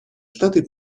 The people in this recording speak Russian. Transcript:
штаты